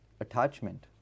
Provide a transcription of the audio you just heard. attachment